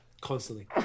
Constantly